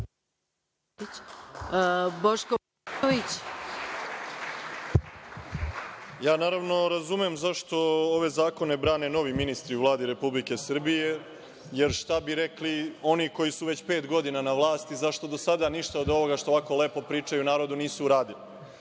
**Boško Obradović** Naravno razumem zašto ove zakoni brane novi ministri u Vladi Republike Srbije jer šta bi rekli oni koji su već pet godina na vlasti zašto do sada ništa od ovoga što ovako lepo pričaju narodu nisu uradili. Dakle,